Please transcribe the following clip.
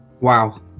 Wow